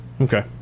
Okay